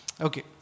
Okay